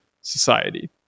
society